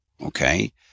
okay